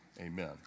amen